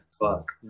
Fuck